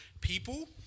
people